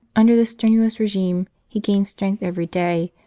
under this strenuous regime he gained strength every day,